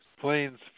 planes